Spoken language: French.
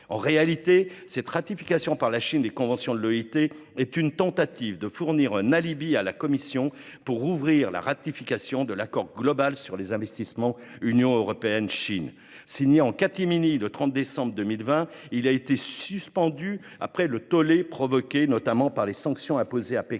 En réalité, cette ratification par la Chine des conventions de l'OIT est une tentative de fournir un alibi à la Commission européenne pour rouvrir la ratification de l'accord global sur les investissements Union européenne-Chine. Signé en catimini le 30 décembre 2020, celui-ci a été suspendu après le tollé provoqué par les sanctions imposées par